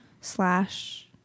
Slash